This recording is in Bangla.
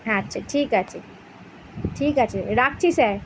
আচ্ছা ঠিক আছে ঠিক আচে রাখচি স্যার